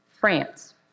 France